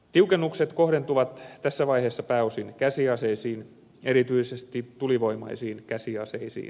tiukennukset kohdentuvat tässä vaiheessa pääosin käsiaseisiin erityisesti tulivoimaisiin käsiaseisiin